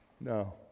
no